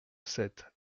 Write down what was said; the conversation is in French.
sept